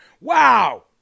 Wow